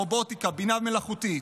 רובוטיקה ובינה מלאכותית,